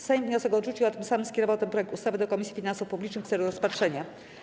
Sejm wniosek odrzucił, a tym samym skierował ten projekt ustawy do Komisji Finansów Publicznych w celu rozpatrzenia.